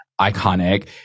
Iconic